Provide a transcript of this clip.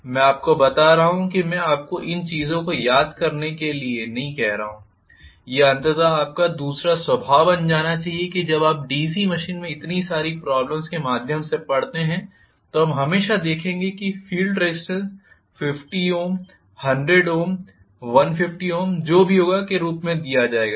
मैं आपको बता रहा हूं कि मैं आपको इन चीजों को याद करने के लिए नहीं कह रहा हूं यह अंततः आपका दूसरा स्वभाव बन जाना चाहिए जब आप डीसी मशीन में इतनी सारी प्रॉब्लम्स के माध्यम से पढ़ते हैं तो हम हमेशा देखेंगे कि field resistance 50 ohm 100 ohm 150 ohm जो भी होगा के रूप में दिया जाएगा